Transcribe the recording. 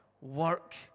work